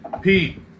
Pete